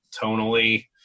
tonally